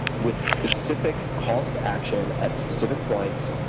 with specific calls to action at specific points.